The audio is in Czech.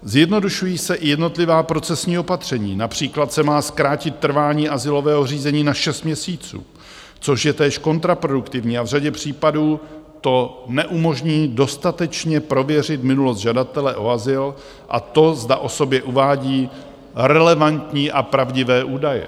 Zjednodušují se i jednotlivá procesní opatření, například se má zkrátit trvání azylového řízení na šest měsíců, což je též kontraproduktivní a v řadě případů to neumožní dostatečně prověřit minulost žadatele o azyl a to, zda o sobě uvádí relevantní a pravdivé údaje.